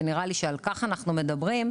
ונראה לי שעל כך אנחנו מדברים,